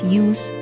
use